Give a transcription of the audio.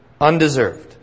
undeserved